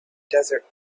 desert